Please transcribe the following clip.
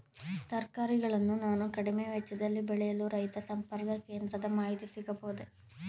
ತರಕಾರಿಗಳನ್ನು ನಾನು ಕಡಿಮೆ ವೆಚ್ಚದಲ್ಲಿ ಬೆಳೆಯಲು ರೈತ ಸಂಪರ್ಕ ಕೇಂದ್ರದ ಮಾಹಿತಿ ಸಿಗಬಹುದೇ?